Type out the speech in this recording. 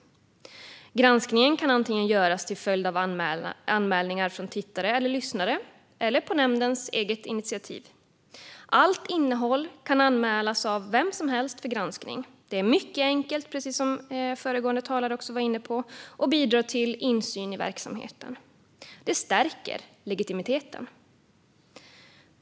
Granskningen kan antingen göras till följd av anmälningar från tittare eller lyssnare eller på nämndens eget initiativ. Allt innehåll kan anmälas av vem som helst för granskning. Det är mycket enkelt, precis som också föregående talare var inne på, och bidrar till insyn i verksamheten. Det stärker legitimiteten.